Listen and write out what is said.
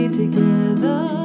together